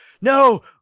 No